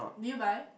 did you buy